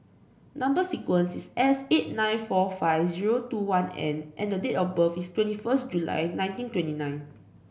number sequence is S eight nine four five zero two one N and date of birth is twenty first July nineteen twenty nine